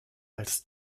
als